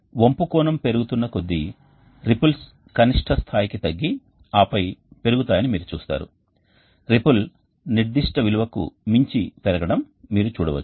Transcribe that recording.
వంపు కోణం పెరుగుతున్న కొద్దీ రిపుల్స్ కనిష్ట స్థాయికి తగ్గి ఆపై పెరుగుతాయని మీరు చూస్తారు రిపుల్ నిర్దిష్ట విలువకు మించి పెరగడం మీరు చూడవచ్చు